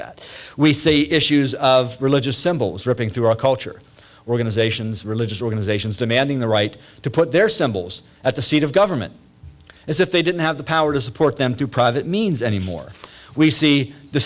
that we see issues of religious symbols ripping through our culture organizations religious organizations demanding the right to put their symbols at the seat of government as if they didn't have the power to support them to private means any more we see